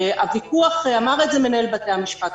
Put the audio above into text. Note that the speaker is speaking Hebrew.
כפי שאמר מנהל בתי המשפט,